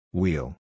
wheel